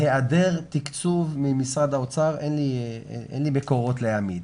בהיעדר תקצוב ממשרד האוצר, אין לי מקורות להעמיד.